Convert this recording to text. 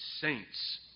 saints